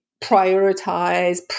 prioritize